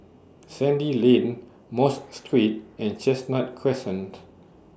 Sandy Lane Mosque Street and Chestnut Crescent